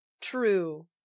True